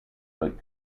but